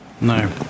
No